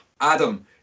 Adam